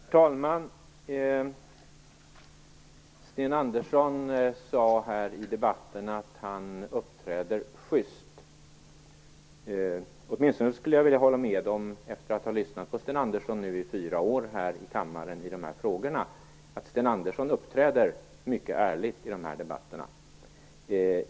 Herr talman! Sten Andersson sade i debatten att han uppträder schyst. Jag skulle åtminstone vilja hålla med om, efter att här i kammaren ha lyssnat på Sten Andersson i fyra år i de här frågorna, att Sten Andersson uppträder mycket ärligt i debatten.